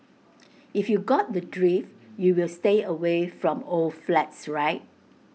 if you got the drift you will stay away from old flats right